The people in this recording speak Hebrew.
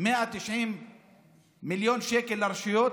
190 מיליון שקל לרשויות,